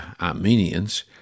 Armenians